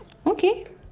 okay